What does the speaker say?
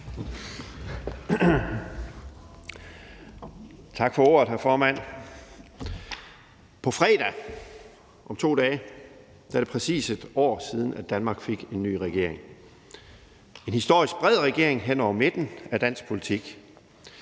Tak for ordet, hr. formand. På fredag, om 2 dage, er det præcis et år siden, at Danmark fik en ny regering – en historisk bred regering hen over midten af dansk politik.